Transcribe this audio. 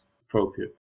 appropriate